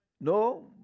No